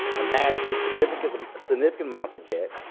amassing significant significant amounts of debt,